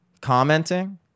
commenting